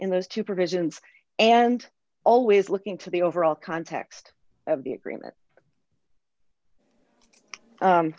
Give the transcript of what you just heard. in those two provisions and always looking to the overall context of the agreement